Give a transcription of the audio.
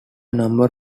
number